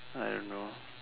I don't know